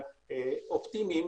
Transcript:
די אופטימיים